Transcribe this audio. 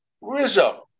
Rizzo